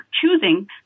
choosing